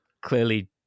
clearly